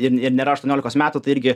ir ir nėra aštuoniolikos metų tai irgi